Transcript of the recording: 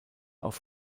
auf